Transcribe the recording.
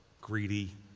greedy